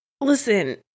listen